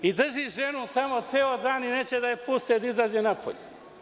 I drži ženu tamo ceo dan i neće da je puste da izađe napolje.